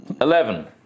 Eleven